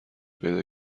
پیدا